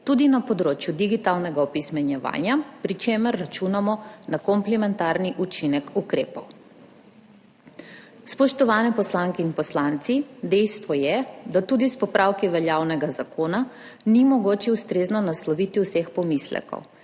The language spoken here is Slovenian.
tudi na področju digitalnega opismenjevanja, pri čemer računamo na komplementarni učinek ukrepov. Spoštovani poslanke in poslanci, dejstvo je, da tudi s popravki veljavnega zakona ni mogoče ustrezno nasloviti vseh pomislekov